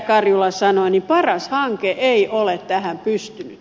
karjula sanoi paras hanke ei ole tähän pystynyt